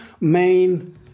main